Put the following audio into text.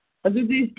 ꯑꯗꯨꯗꯤ